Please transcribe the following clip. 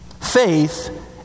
Faith